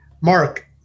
Mark